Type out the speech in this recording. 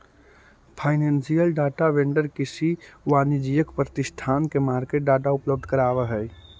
financial data vendor किसी वाणिज्यिक प्रतिष्ठान के मार्केट डाटा उपलब्ध करावऽ हइ